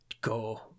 go